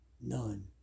none